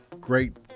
great